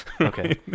Okay